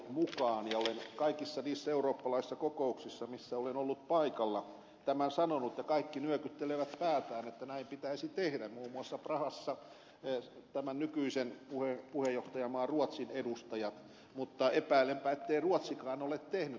olen kaikissa niissä eurooppalaisissa kokouksissa missä olen ollut paikalla tämän sanonut ja kaikki nyökyttelevät päätään että näin pitäisi tehdä muun muassa prahassa tämän nykyisen puheenjohtajamaan ruotsin edustajat mutta epäilenpä ettei ruotsikaan ole näin tehnyt